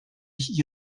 ich